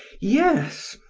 yes!